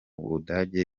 budage